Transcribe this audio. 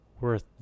worth